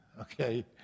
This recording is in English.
Okay